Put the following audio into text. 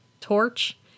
torch